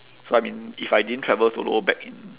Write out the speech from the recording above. so I mean if I didn't travel solo back in